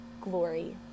glory